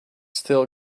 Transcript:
still